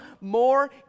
more